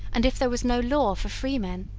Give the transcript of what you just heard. and if there was no law for free men?